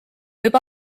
võib